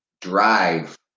drive